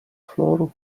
floor